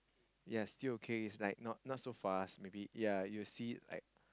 yes still okay it's like not not so fast maybe yeah you'll see it like